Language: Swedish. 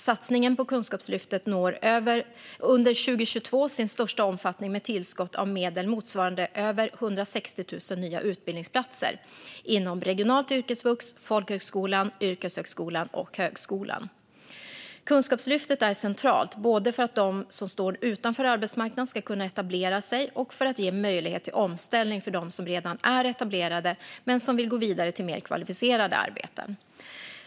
Satsningen på Kunskapslyftet når under 2022 sin största omfattning med tillskott av medel motsvarande över 160 000 nya utbildningsplatser inom regionalt yrkesvux, folkhögskolan, yrkeshögskolan och högskolan. Kunskapslyftet är centralt både för att de som står utanför arbetsmarknaden ska kunna etablera sig och för att ge möjlighet till omställning för dem som redan är etablerade men som vill gå vidare till mer kvalificerade arbeten.